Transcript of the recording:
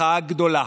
מחאה גדולה